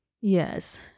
Yes